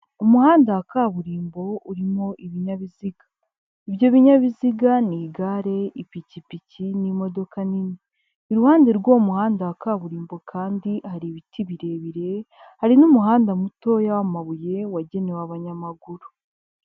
Umuhanda wa kaburimbo urimo ibinyabiziga, ibyo binyabiziga ni igare, ipikipiki, n'imodoka nini iruhande rw'uwo muhanda wa kaburimbo kandi hari ibiti birebire, hari n'umuhanda mutoya w'amabuye wagenewe abanyamaguru.